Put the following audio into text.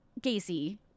Gacy